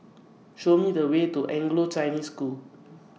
Show Me The Way to Anglo Chinese School